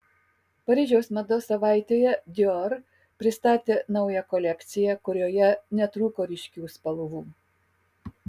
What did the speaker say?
paryžiaus mados savaitėje dior pristatė naują kolekciją kurioje netrūko ryškių spalvų